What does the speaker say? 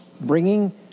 bringing